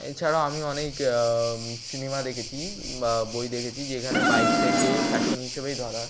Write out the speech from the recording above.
এছাড়াও আমি অনেক সিনেমা দেখেছি বা বই দেখেছি যেখানে বাইকটাকে ফ্যাশন হিসেবেই ধরা